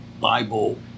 Bible